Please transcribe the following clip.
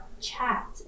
chat